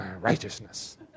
Righteousness